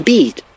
Beat